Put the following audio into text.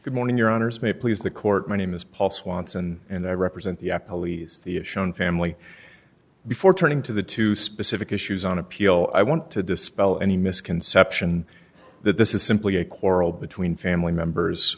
good morning your honors may please the court my name is paul swanson and i represent the police the shown family before turning to the two specific issues on appeal i want to dispel any misconception that this is simply a quarrel between family members